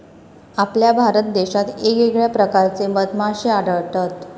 आपल्या भारत देशात येगयेगळ्या प्रकारचे मधमाश्ये आढळतत